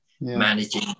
managing